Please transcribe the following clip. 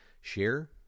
share